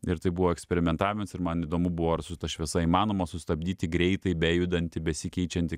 ir tai buvo eksperimentavimas ir man įdomu buvo ar su ta šviesa įmanoma sustabdyti greitai bejudantį besikeičiantį